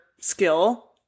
skill